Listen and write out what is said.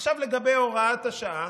עכשיו לגבי הוראת השעה.